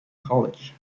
college